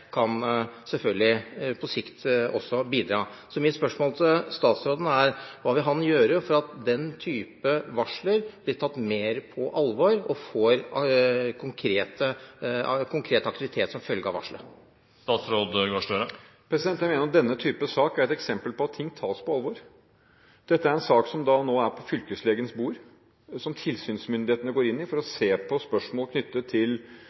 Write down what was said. kan bidra. Så mitt spørsmål til statsråden er: Hva vil han gjøre for at den type varsler blir tatt mer på alvor og får konkret aktivitet som følge av varslet? Jeg mener at denne typen sak er et eksempel på at ting tas på alvor. Dette er en sak som nå er på fylkeslegens bord, og som tilsynsmyndighetene går inn i for å se på spørsmål knyttet til